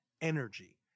energy